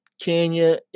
Kenya